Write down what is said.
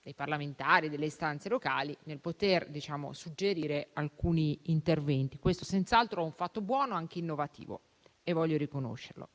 dei parlamentari e delle istanze locali nel poter suggerire alcuni interventi. Questo è senz'altro un fatto buono e innovativo e voglio riconoscerlo.